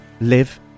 live